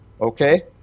Okay